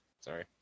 Sorry